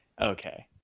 Okay